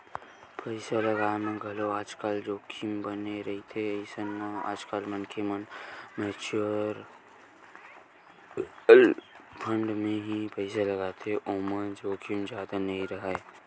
पइसा लगाय म घलोक आजकल जोखिम बने रहिथे अइसन म आजकल मनखे मन म्युचुअल फंड म ही पइसा लगाथे ओमा जोखिम जादा नइ राहय